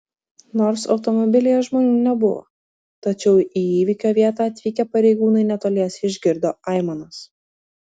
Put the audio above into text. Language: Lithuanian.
nors automobilyje žmonių nebuvo tačiau į įvykio vietą atvykę pareigūnai netoliese išgirdo aimanas